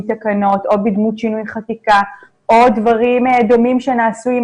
תקנות או בדמות שינוי חקיקה או דברים דומים שנעשו עם